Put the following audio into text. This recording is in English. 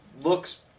looks